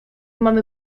mamy